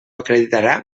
acreditarà